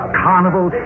carnival